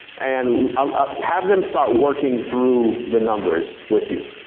and ah have them start working through the numbers with you.